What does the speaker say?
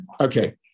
okay